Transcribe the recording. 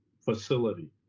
Facility